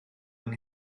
yng